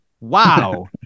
Wow